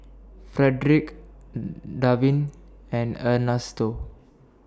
Fredric Darwyn and Ernesto